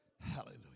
Hallelujah